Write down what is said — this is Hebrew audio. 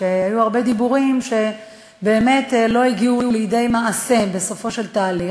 היו הרבה דיבורים שבאמת לא הגיעו לידי מעשה בסופו של תהליך,